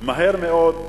מהר מאוד,